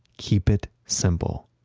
keep it simple